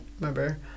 remember